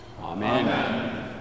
Amen